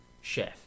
chef